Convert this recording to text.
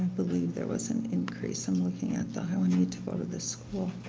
believe there was an increase. and like and i and need to go to the school.